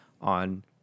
on